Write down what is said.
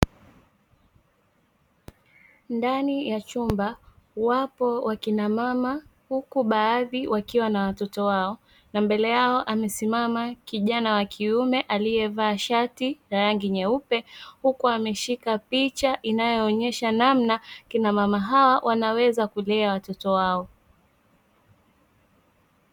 Ndani ya chumba wapo wakina mama huku baadhi wakiwa na watoto wao, na mbele yao amesimama kijana wa kiume aliyevaa shati la rangi nyeupe, huku ameshika picha inayoonyesha namna kina mama hawa wanaweza kulea watoto wao.